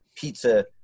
pizza